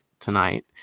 tonight